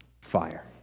fire